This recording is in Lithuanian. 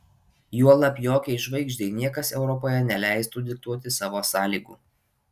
juolab jokiai žvaigždei niekas europoje neleistų diktuoti savo sąlygų